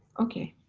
okay.